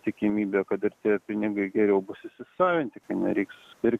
tikimybė kad ir tie pinigai geriau bus įsisavinti kai nereiks pir